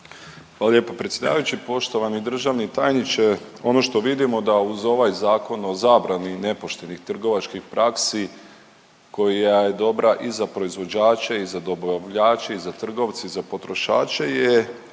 Hvala lijepo predsjedavajući. Poštovani državni tajniče ono što vidimo da uz ovaj Zakon o zabrani nepoštenih trgovačkih praksi koja je dobra i za proizvođače i za dobavljače i za trgovce i za potrošače je